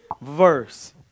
verse